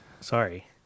sorry